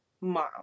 Mom